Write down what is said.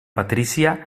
patrícia